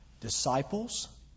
Disciples